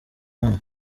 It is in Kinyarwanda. hano